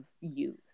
youth